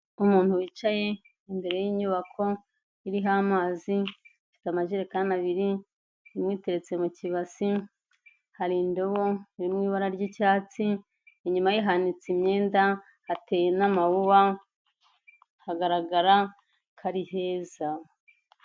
Umuntu wicaye imbere y'inyubako iriho amazi ifite amajerekani abiri, imweteretse mu kibasi hari indobo, iri mu ibara ry'icyatsi, inyuma ye hanitse imyenda, hateye n'amawuwa, hagaragara ko ari heza.